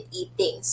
eating